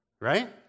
right